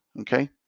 okay